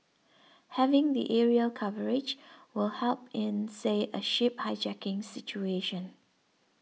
having the aerial coverage will help in say a ship hijacking situation